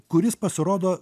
kuris pasirodo